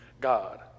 God